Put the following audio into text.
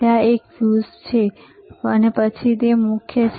ત્યાં એક ફ્યુઝ છે અને પછી એક મુખ્ય છે